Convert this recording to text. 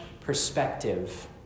perspective